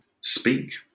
speak